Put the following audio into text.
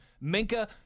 Minka